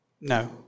No